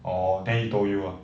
orh then he told you ah